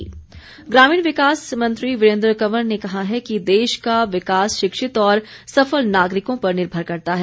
वीरेन्द्र कंवर ग्रामीण विकास मंत्री वीरेन्द्र कंवर ने कहा है कि देश का विकास शिक्षित और सफल नागरिकों पर निर्भर करता है